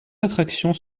attractions